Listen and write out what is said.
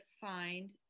find